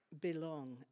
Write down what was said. belong